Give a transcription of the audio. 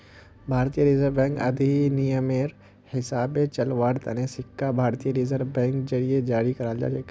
भारतीय reserve bank अधिनियमेर हिसाबे चलव्वार तने सिक्का भारतीय रिजर्व बैंकेर जरीए जारी कराल जाछेक